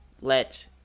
let